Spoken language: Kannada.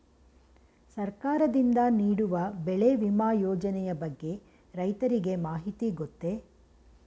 ಸರ್ಕಾರದಿಂದ ನೀಡುವ ಬೆಳೆ ವಿಮಾ ಯೋಜನೆಯ ಬಗ್ಗೆ ರೈತರಿಗೆ ಮಾಹಿತಿ ಗೊತ್ತೇ?